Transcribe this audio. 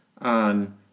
on